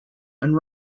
and